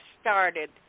started